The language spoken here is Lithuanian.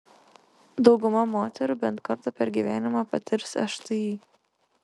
dauguma moterų bent kartą per gyvenimą patirs šti